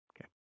Okay